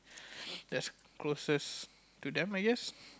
that's closest to them I guess